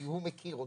כי הוא מכיר אותי,